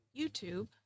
youtube